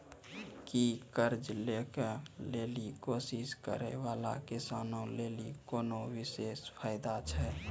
कि कर्जा लै के लेली कोशिश करै बाला किसानो लेली कोनो विशेष फायदा छै?